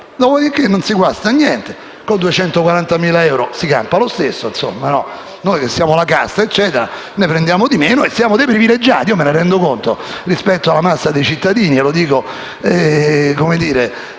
dopodiché non si guasta niente: con 240.000 si campa lo stesso. Noi siamo la casta, ne prendiamo di meno e siamo dei privilegiati, io me ne rendo conto, rispetto alla massa dei cittadini.